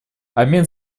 обмен